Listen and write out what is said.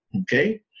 Okay